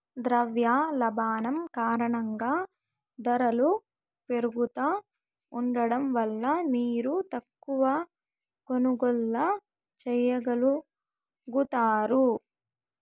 ద్రవ్యోల్బణం కారణంగా దరలు పెరుగుతా ఉండడం వల్ల మీరు తక్కవ కొనుగోల్లు చేయగలుగుతారు